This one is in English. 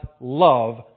love